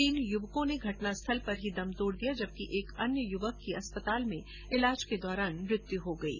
तीन युवकों ने घटनास्थल पर ही दम तोड़ दिया जबकि एक अन्य युवक की अस्पताल में इलाज के दौरान मृत्यु हो गयी